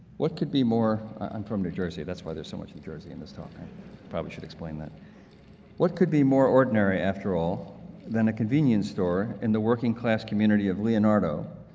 what could be more i'm from new jersey that's why there's so much in jersey in this talk i probably should explain that what could be more ordinary after all than a convenience store in the working class community of leonardo,